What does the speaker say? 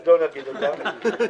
אז לא נגיד את זה, אה.